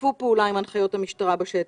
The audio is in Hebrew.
שיתפו פעולה עם הנחיות המשטרה בשטח.